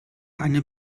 eine